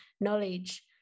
knowledge